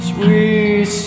Sweet